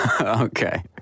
Okay